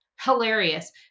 hilarious